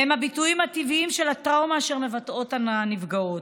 והם הביטויים הטבעיים של הטראומה אשר מבטאות הנפגעות,